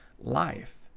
life